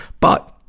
but,